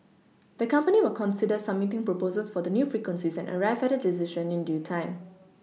the company will consider submitting proposals for the new frequencies and arrive at a decision in due time